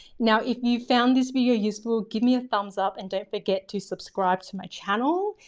now, if you found this video useful, give me a thumbs up and don't forget to subscribe to my channel.